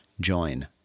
join